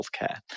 healthcare